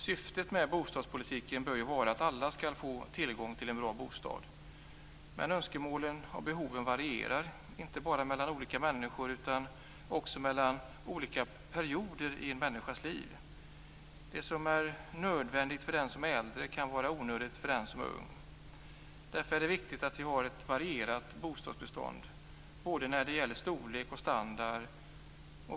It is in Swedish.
Syftet med bostadpolitiken bör vara att alla skall få tillgång till en bra bostad, men önskemålen och behoven varierar, inte bara mellan olika människor utan också mellan olika perioder i en människas liv. Det som är nödvändigt för den som är äldre kan vara onödigt för den som är ung. Det är därför viktigt att vi har ett varierat bostadsbestånd när det gäller både storlek och standard.